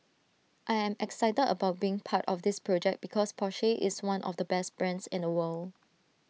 I am excited about being part of this project because Porsche is one of the best brands in the world